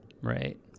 Right